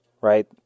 right